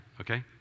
okay